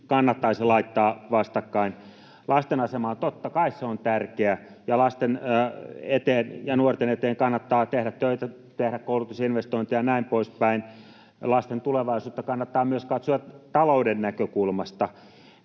kannattaisi laittaa vastakkain. Lasten asema: totta kai se on tärkeä, ja lasten eteen ja nuorten eteen kannattaa tehdä töitä, tehdä koulutusinvestointeja ja näin poispäin. Lasten tulevaisuutta kannattaa myös katsoa talouden näkökulmasta.